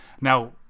Now